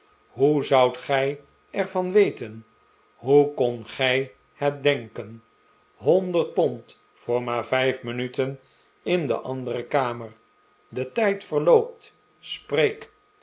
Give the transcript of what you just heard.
hoe zoudt gij er van weten hoe kondt gij het denken honderd pond voor maar vijf minuten in de andere kamer de tijd verloopt spreek